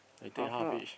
half lah